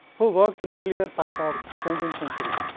who worked in the earlier part of seventeenth century.